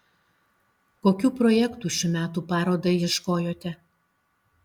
kokių projektų šių metų parodai ieškojote